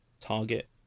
target